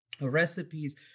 recipes